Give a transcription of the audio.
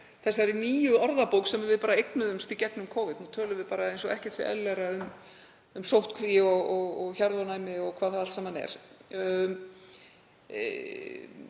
þessari nýju orðabók sem við eignuðumst í gegnum Covid. Nú tölum við bara eins og ekkert sé eðlilegra um sóttkví og hjarðónæmi og hvað það allt saman er.